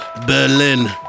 Berlin